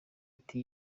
ati